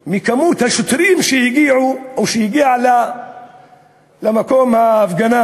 ממספר השוטרים שהגיעו למקום ההפגנה,